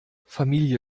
familie